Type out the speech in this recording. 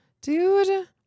dude